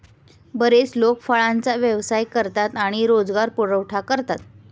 बरेच लोक फळांचा व्यवसाय करतात आणि रोजगार पुरवठा करतात